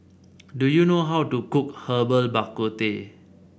do you know how to cook Herbal Bak Ku Teh